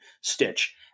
stitch